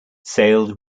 sailed